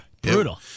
Brutal